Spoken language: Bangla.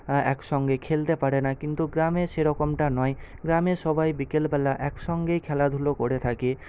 একসঙ্গে খেলতে পারে না কিন্তু গ্রামে সেরকমটা নয় গ্রামে সবাই বিকেলবেলা একসঙ্গেই খেলাধুলো করে থাকে